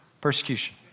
Persecution